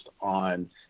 on